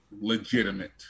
legitimate